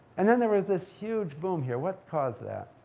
and then there was this huge boom here. what caused that?